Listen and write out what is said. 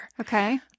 Okay